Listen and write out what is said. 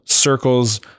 circles